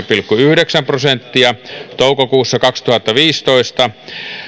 pilkku yhdeksän prosenttia toukokuussa kaksituhattaviisitoista